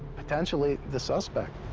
potentially the suspect.